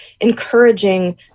encouraging